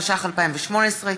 התשע"ח 2018,